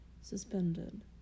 Suspended